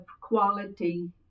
quality